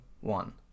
one